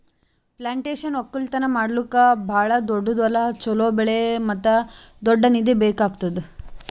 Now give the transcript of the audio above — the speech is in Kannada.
ಪ್ಲಾಂಟೇಶನ್ ಒಕ್ಕಲ್ತನ ಮಾಡ್ಲುಕ್ ಭಾಳ ದೊಡ್ಡುದ್ ಹೊಲ, ಚೋಲೋ ಬೆಳೆ ಮತ್ತ ದೊಡ್ಡ ನಿಧಿ ಬೇಕ್ ಆತ್ತುದ್